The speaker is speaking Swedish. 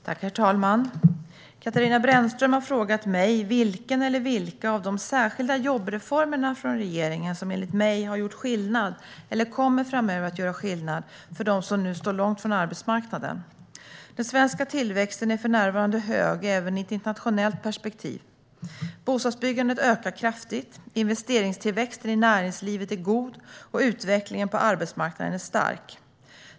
Svar på interpellationer Herr talman! Katarina Brännström har frågat mig vilken eller vilka av de särskilda jobbreformerna från regeringen som enligt mig har gjort skillnad, eller framöver kommer att göra skillnad, för dem som nu står långt ifrån arbetsmarknaden. Den svenska tillväxten är för närvarade hög, även i ett internationellt perspektiv. Bostadsbyggandet ökar kraftigt, investeringstillväxten i näringslivet är god och utvecklingen på arbetsmarknaden är stark.